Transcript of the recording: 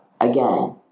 Again